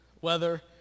weather